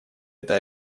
это